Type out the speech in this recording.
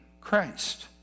Christ